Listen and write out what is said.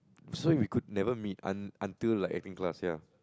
so we could never meet un~ until like acting class ya